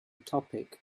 topic